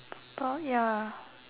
purple ya